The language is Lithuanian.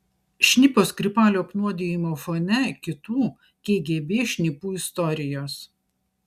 šnipo skripalio apnuodijimo fone kitų kgb šnipų istorijos